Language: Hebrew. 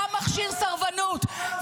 אתה מכשיר סרבנות.